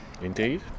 Indeed